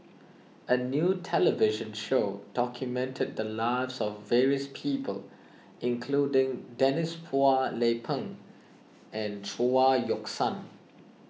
a new television show documented the lives of various people including Denise Phua Lay Peng and Chao Yoke San